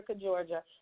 Georgia